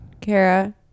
Kara